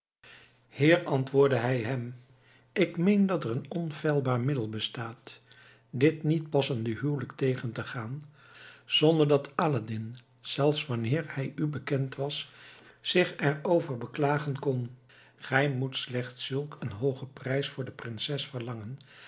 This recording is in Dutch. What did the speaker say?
heer antwoordde hij hem ik meen dat er een onfeilbaar middel bestaat dit niet passende huwelijk tegen te gaan zonder dat aladdin zelfs wanneer hij u bekend was zich er over beklagen kon gij moet slechts zulk een hoogen prijs voor de prinses verlangen